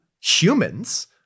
humans